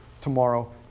tomorrow